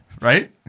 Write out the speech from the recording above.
Right